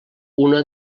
una